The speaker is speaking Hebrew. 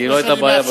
כי לא היתה בעיה,